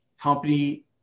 Company